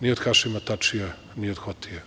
ni od Hašima Tačija, ni od Hotija.